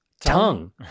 tongue